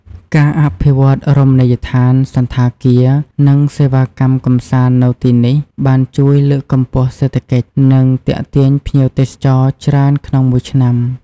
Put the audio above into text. ការអភិវឌ្ឍន៍រមណីយដ្ឋាន សណ្ឋាគារ និងសេវាកម្មកម្សាន្តនៅទីនេះបានជួយលើកកម្ពស់សេដ្ឋកិច្ច និងទាក់ទាញភ្ញៀវទេសចរច្រើនក្នុងមួយឆ្នាំ។